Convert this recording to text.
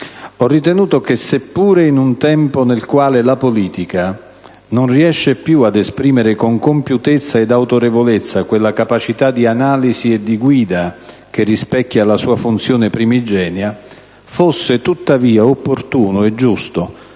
Ho ritenuto che, seppure in un tempo nel quale la politica non riesce più ad esprimere con compiutezza ed autorevolezza quella capacità di analisi e di guida che rispecchia la sua funzione primigenia, fosse tuttavia opportuno e giusto